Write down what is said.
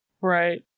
Right